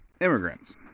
immigrants